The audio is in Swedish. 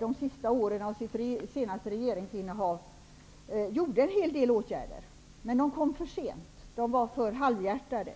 de sista åren under deras senaste regeringsinnehav åtgärdade en hel del. Åtgärderna sattes emellertid in för sent och var för halvhjärtade.